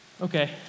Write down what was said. Okay